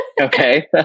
Okay